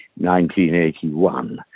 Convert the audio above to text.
1981